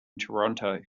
toronto